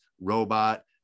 robot